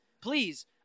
please